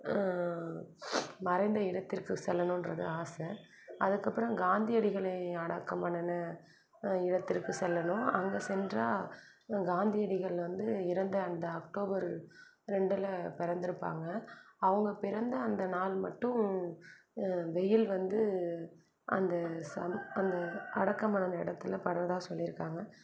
மறைந்த இடத்திற்கு செல்லணும்ன்றது ஆசை அதுக்கப்புறம் காந்தியடிகளை அடக்கம் பண்ணின இடத்திற்கு செல்லணும் அங்கே சென்றால் காந்தியடிகள் வந்து இறந்த அந்த அக்டோபர் ரெண்டில் பிறந்துருப்பாங்க அவங்க பிறந்த அந்த நாள் மட்டும் வெயில் வந்து அந்த அந்த அடக்கமடைந்த இடத்துல படுறதா சொல்லியிருக்காங்க